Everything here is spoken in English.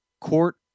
court